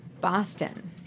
Boston